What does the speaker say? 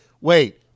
wait